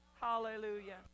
Hallelujah